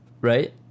right